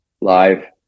live